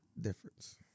difference